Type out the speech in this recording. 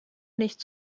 nicht